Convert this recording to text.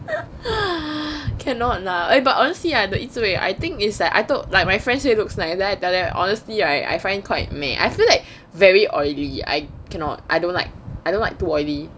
cannot lah eh but honestly ah the 忆滋味 I think is that I thought like my friend say it looks nice then I tell them honestly I I find quite meh I feel like very oily I cannot I don't like I don't like too oily